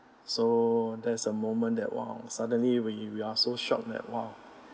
so that's a moment that !wow! suddenly we we're so shocked that !wow!